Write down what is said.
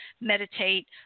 meditate